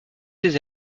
ses